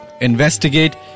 investigate